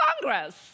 Congress